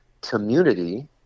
community